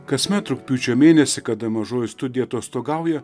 kasmet rugpjūčio mėnesį kada mažoji studija atostogauja